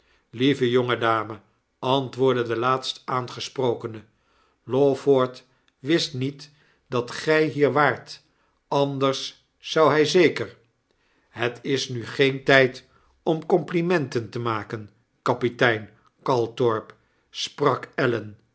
jonge dame antwoordde de laatst aangesprokene lawford wist niet dat gy hier waart anders zou hij zeker het is nu geen tyd om complimenten te maken kapitein calthorp sprak ellen